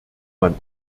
man